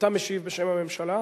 אתה משיב בשם הממשלה?